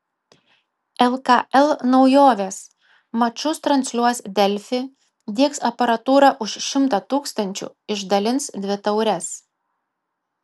lkl naujovės mačus transliuos delfi diegs aparatūrą už šimtą tūkstančių išdalins dvi taures